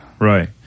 Right